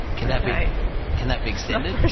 can that can that be extended?